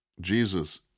Jesus